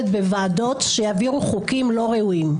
בוועדות שיעבירו חוקים לא ראויים.